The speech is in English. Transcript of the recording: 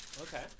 Okay